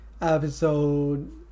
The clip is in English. episode